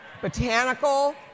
Botanical